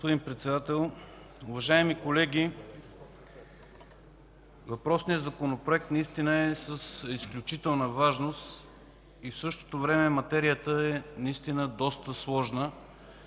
Благодаря, господин Председател. Уважаеми колеги, въпросният Законопроект наистина е с изключителна важност и в същото време материята е доста сложна.